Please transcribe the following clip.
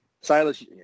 Silas